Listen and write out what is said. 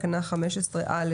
תקנה 15(א)